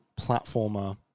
platformer